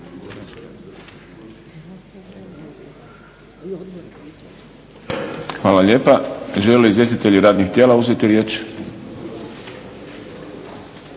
Hvala lijepa. Žele li izvjestitelji radnih tijela uzeti riječ?